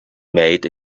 made